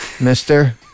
Mister